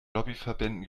lobbyverbänden